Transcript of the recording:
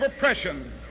oppression